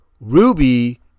Ruby